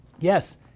Yes